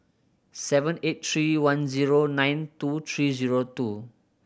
seven eight three one zero nine two three zero two